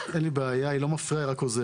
אין לי בעיה, היא לא מפריעה, היא רק עוזרת.